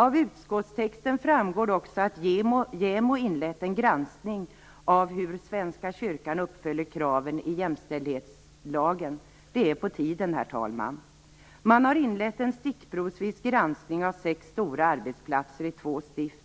Av utskottstexten framgår också att JämO inlett en granskning av hur Svenska kyrkan uppfyller kraven i jämställdhetslagen. Det är på tiden, herr talman! Man har inlett en stickprovsvis granskning av sex stora arbetsplatser i två stift.